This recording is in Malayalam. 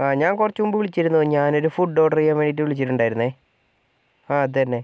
ഞാൻ കുറച്ച് മുമ്പ് വിളിച്ചിരുന്നു ഞാൻ ഫുഡ് ഓർഡർ ചെയ്യാൻ വേണ്ടിയിട്ട് വിളിച്ചിട്ടുണ്ടായിരുന്നേ ആ അത് തന്നെ